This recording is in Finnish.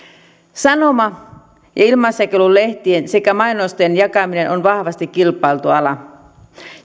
sanoma ja ilmaisjakelulehtien sekä mainosten jakaminen on vahvasti kilpailtu ala